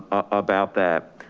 about that.